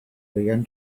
began